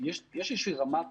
יש רמת